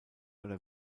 oder